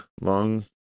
long